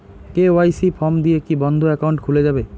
KYC form দিয়ে কি বন্ধ একাউন্ট খুলে যাবে?